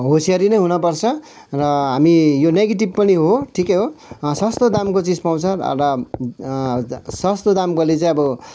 होसियारी नै हुनपर्छ र हामी यो नेगेटिभ पनि हो ठिकै हो सस्तो दामको चिज पाउँछ र सस्तो दामकोले चाहिँ अब